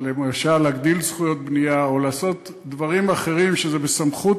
למשל להגדיל זכויות בנייה או לעשות דברים אחרים שזה בסמכות